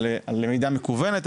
על למידה מקוונת,